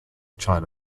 china